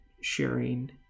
sharing